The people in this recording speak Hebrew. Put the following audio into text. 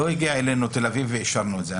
תל אביב לא הגיעה אלינו ולא אישרנו את זה.